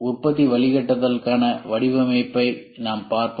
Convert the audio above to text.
உற்பத்தி வழிகாட்டுதல்களுக்கான வடிவமைப்பு நாம் பார்ப்போம்